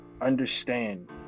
understand